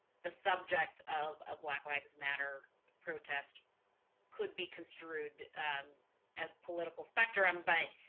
the subject of ah black lives matter protests could be construed as political spectrum. but,